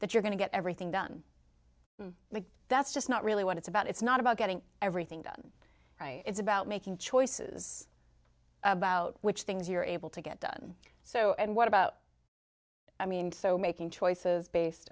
that you're going to get everything done that's just not really what it's about it's not about getting everything done right it's about making choices about which things you're able to get done so and what about i mean so making choices based